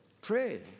Pray